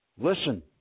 listen